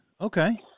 Okay